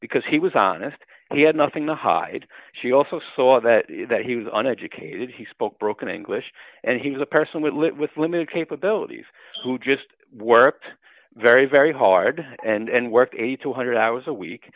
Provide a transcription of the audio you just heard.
because he was honest he had nothing to hide she also saw that he was an educated he spoke broken english and he was a person with lit with limited capabilities who just worked very very hard and worked eight thousand two hundred hours a week